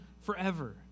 forever